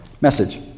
message